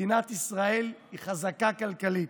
מדינת ישראל היא חזקה כלכלית,